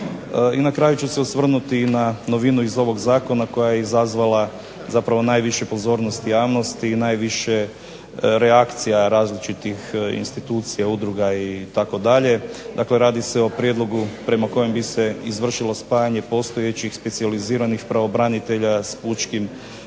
na kraju ću se osvrnuti i na novinu iz ovog zakona koja je izazvala zapravo najviše pozornosti javnosti i najviše reakcija različitih institucija, udruga itd., dakle radi se o prijedlogu prema kojem bi se izvršilo spajanje postojećih specijaliziranih pravobranitelja s pučkim